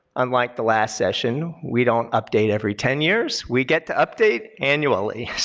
unlike the last session, we don't update every ten years, we get to update annually. so,